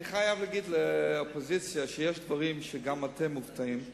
אני חייב להגיד לאופוזיציה שיש דברים שגם אתם מופתעים מהם,